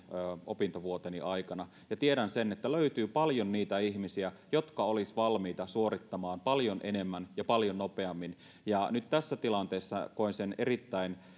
opintovuoteni aikana ja tiedän sen että löytyy paljon niitä ihmisiä jotka olisivat valmiita suorittamaan paljon enemmän ja paljon nopeammin nyt tässä tilanteessa koen sen erittäin